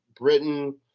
Britain